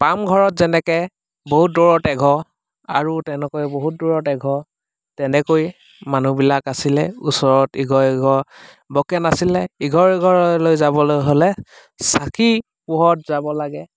পামঘৰত যেনেকৈ বহুত দূৰত এঘৰ আৰু তেনেকৈ বহুত দূৰত এঘৰ তেনেকৈ মানুহবিলাক আছিলে ওচৰত ইঘৰ সিঘৰ বৰকৈ নাছিলে ইঘৰ সিঘৰলৈ যাবলৈ হ'লে চাকি পোহৰত যাব লাগে